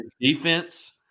defense